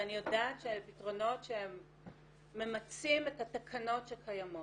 ואני יודעת שהפתרונות ממצים את התקנות הקיימות.